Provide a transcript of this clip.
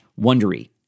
Wondery